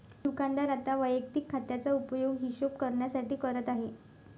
दुकानदार आता वैयक्तिक खात्याचा उपयोग हिशोब करण्यासाठी करत आहे